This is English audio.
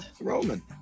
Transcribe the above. Roman